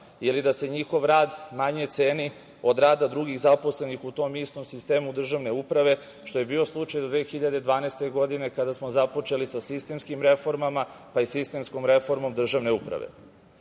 ili da se njihov rad manje ceni od rada drugih zaposlenih u tom istom sistemu državne uprave, što je bio slučaj do 2012. godine kada smo započeli sa sistemskim reformama, pa i sistemskom reformom državne uprave. Do